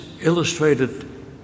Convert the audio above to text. illustrated